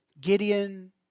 Gideon